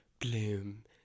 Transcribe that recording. bloom